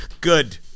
good